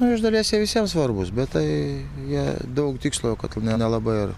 nu iš dalies jie visiems svarbūs bet tai jie daug tikslo kad nelabai ir